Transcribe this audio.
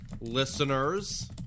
listeners